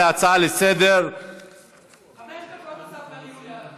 להיפגש עם המשפחות, תפסיקו לו את המיקרופון.